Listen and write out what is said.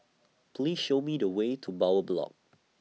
Please Show Me The Way to Bowyer Block